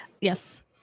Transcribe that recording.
Yes